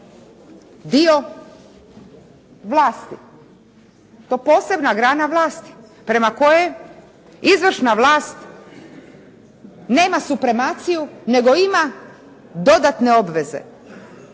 dio vlasti, kao posebna grana vlasti prema kojoj izvršna vlast nema supremaciju, nego ima dodatne obveze.